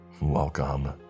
Welcome